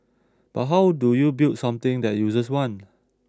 but how do you build something that users want